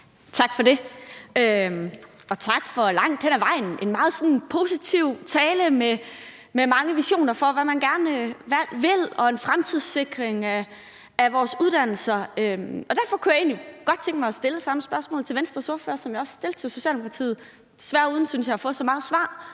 Tak for det. Og tak for en langt hen ad vejen meget positiv tale med mange visioner for, hvad man gerne vil, og en fremtidssikring af vores uddannelser. Derfor kunne jeg egentlig godt tænke mig at stille samme spørgsmål til Venstres ordfører, som jeg stillede til Socialdemokratiet, desværre, synes jeg, uden at få så meget svar.